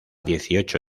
dieciocho